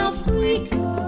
Africa